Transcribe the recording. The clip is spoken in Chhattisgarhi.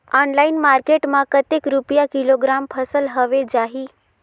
ऑनलाइन मार्केट मां कतेक रुपिया किलोग्राम फसल हवे जाही?